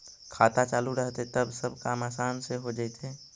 खाता चालु रहतैय तब सब काम आसान से हो जैतैय?